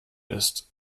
ist